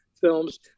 films